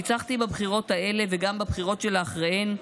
ניצחתי בבחירות האלה וגם בבחירות שאחריהן,